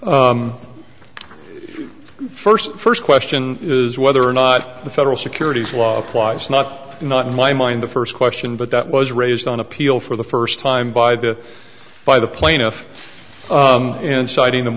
ball first first question is whether or not the federal securities law applies not not in my mind the first question but that was raised on appeal for the first time by the by the plaintiff in citing the